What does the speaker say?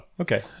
okay